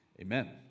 Amen